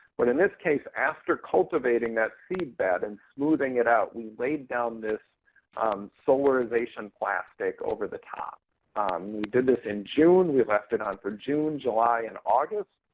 but in this case, after cultivating that seed bed and smoothing it out, we laid down this solarization plastic over the top. we did this in june. we left it on for june, july, and august.